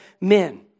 men